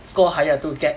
score higher to get